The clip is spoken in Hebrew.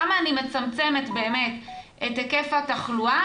כמה אני מצמצמת באמת את היקף התחלואה